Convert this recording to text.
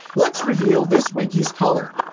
let's reveal this winkey's color.